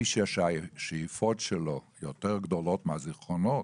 מי שהשאיפות שלו יותר גדולות מהזיכרונות